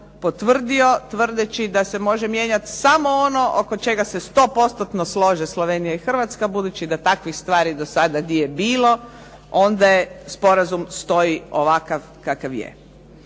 potvrdio tvrdeći da se može mijenjati samo ono oko čega se stopostotno slože Slovenija i Hrvatska. Budući da takvih stvari do sada nije bilo, onda sporazum stoji ovakav kakav je.